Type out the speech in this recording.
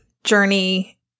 journey